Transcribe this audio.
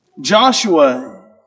Joshua